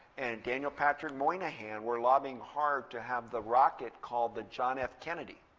and daniel patrick moynihan were lobbying hard to have the rocket called the john f kennedy.